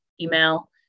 email